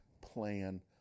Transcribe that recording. plan